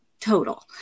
total